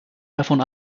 davon